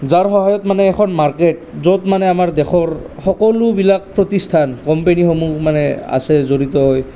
যাৰ সহায়ত মানে এখন মাৰ্কেট য'ত মানে আমাৰ দেশৰ সকলোবিলাক প্ৰতিষ্ঠান কোম্পেনিসমূহ মানে আছে জড়িত হৈ